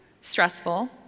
stressful